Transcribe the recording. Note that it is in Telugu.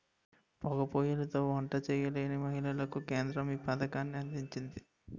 పోగా పోయ్యిలతో వంట చేయలేని మహిళలకు కేంద్రం ఈ పథకాన్ని అందించింది